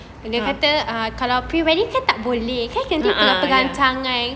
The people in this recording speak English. (uh huh) (uh huh) ya